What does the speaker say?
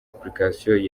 application